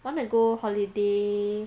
wanna go holiday